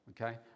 okay